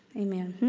amen,